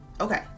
Okay